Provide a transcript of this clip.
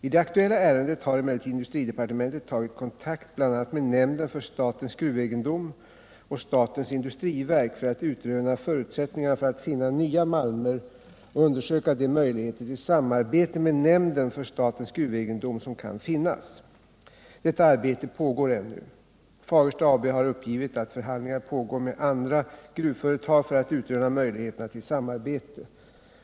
I det aktuella ärendet har emelleriud industridepartementet tagit kontakt bl.a. med nämnden för statens gruvegendom och statens industriverk för att utröna förutsättningarna för att finna nya malmer och undersöka de möjligheter till samarbete med nämnden för statens gruvegendom som kan finnas. Detta arbete pågår ännu. Fagersta AB har uppgivit att förhandlingar pågår med andra gruvföretag för att utröna möjligheterna till samarbete.